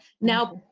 now